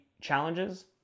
challenges